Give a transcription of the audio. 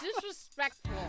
disrespectful